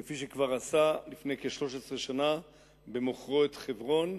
כפי שעשה לפני כ-13 שנה במוכרו את חברון,